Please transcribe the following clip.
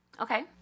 okay